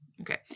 Okay